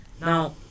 Now